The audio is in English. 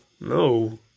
No